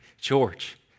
George